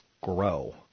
grow